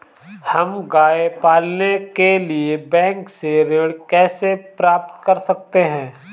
हम गाय पालने के लिए बैंक से ऋण कैसे प्राप्त कर सकते हैं?